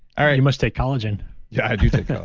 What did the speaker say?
all right you must take collagen yeah, i do take so